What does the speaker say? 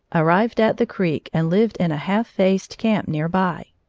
arrived at the creek and lived in a half-faced camp near by.